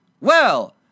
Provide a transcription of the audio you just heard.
Well